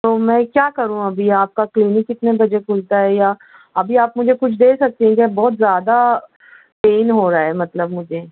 تو میں کیا کروں ابھی آپ کا کلینک کتنے بجے کھلتا ہے یا ابھی آپ مجھے کچھ دے سکتے ہیں کیا کچھ بہت زیادہ پین ہو رہا ہے مطلب مجھے